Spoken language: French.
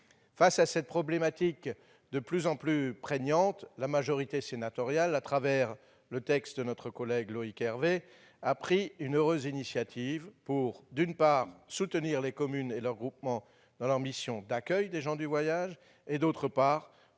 Face à cette problématique de plus en plus prégnante, la majorité sénatoriale, à travers le texte de notre collègue Loïc Hervé, a pris une heureuse initiative pour, d'une part, soutenir les communes et leurs groupements dans leur mission d'accueil des gens du voyage et, d'autre part,